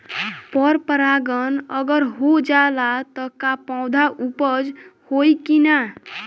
पर परागण अगर हो जाला त का पौधा उपज होई की ना?